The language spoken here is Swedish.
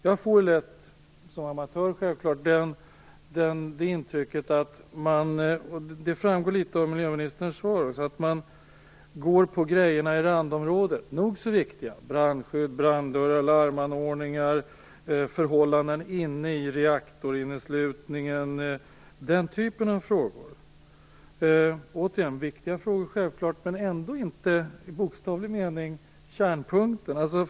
Jag får som amatör lätt det intrycket - och det framgår av svaret - att man går i randområdet. Det är nog så viktiga saker: brandskydd, branddörrar, larmanordningar, förhållanden inne i reaktorinneslutningen. Det är självklart viktiga frågor men ändå inte i bokstavlig mening kärnpunkten.